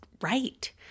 right